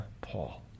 Paul